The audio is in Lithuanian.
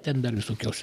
ten dar visokios